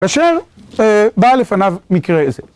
אשר בא לפניו מקרה איזה.